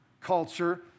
culture